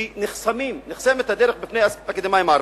כי נחסמת הדרך בפני האקדמאים הערבים.